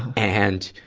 and,